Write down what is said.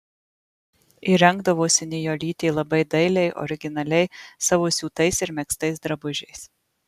ir rengdavosi nijolytė labai dailiai originaliai savo siūtais ir megztais drabužiais